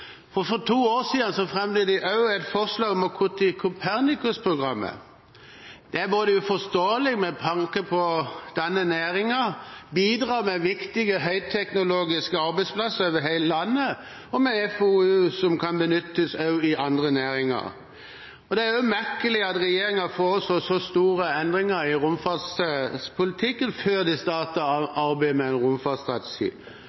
programmer. For to år siden fremmet de også et forslag om å kutte i Copernicus-programmet. Det er uforståelig med tanke på denne næringen som bidrar med viktige, høyteknologiske arbeidsplasser over hele landet og med FoU som kan benyttes også i andre næringer. Det er også merkelig at regjeringen foreslår så store endringer i romfartspolitikken før de